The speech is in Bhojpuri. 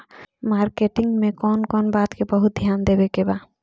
मार्केटिंग मे कौन कौन बात के बहुत ध्यान देवे के बा?